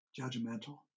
judgmental